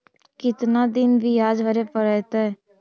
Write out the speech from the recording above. कितना दिन बियाज भरे परतैय?